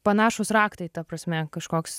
panašūs raktai ta prasme kažkoks